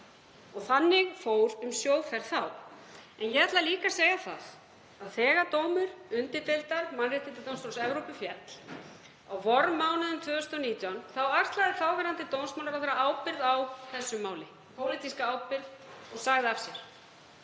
Og þannig fór um sjóferð þá. En ég ætla líka að segja að þegar dómur undirdeildar Mannréttindadómstóls Evrópu féll á vormánuðum 2019 þá axlaði þáverandi dómsmálaráðherra ábyrgð á þessu máli, pólitíska ábyrgð, og sagði af sér.